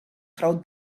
groot